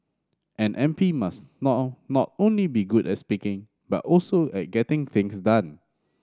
an M P must now now not only be good at speaking but also at getting things done